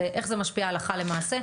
ואיך זה משפיע הלכה למעשה?